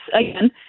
again